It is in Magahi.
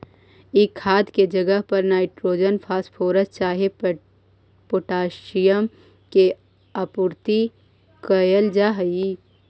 ई खाद के जगह पर नाइट्रोजन, फॉस्फोरस चाहे पोटाशियम के आपूर्ति कयल जा हई